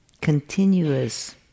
continuous